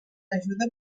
ajuda